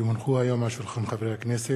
כי הונחו היום על שולחן הכנסת,